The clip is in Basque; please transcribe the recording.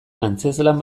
antzezlan